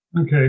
Okay